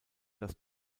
das